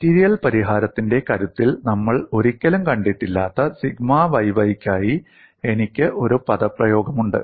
material പരിഹാരത്തിന്റെ കരുത്തിൽ നമ്മൾ ഒരിക്കലും കണ്ടിട്ടില്ലാത്ത സിഗ്മ yy യ്ക്കായി എനിക്ക് ഒരു പദപ്രയോഗമുണ്ട്